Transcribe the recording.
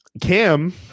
cam